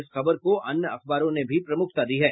इस खबर को अन्य अखबारों ने भी प्रमुखता दी है